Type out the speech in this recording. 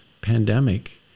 pandemic